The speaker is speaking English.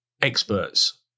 experts